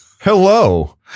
Hello